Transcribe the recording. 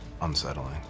unsettling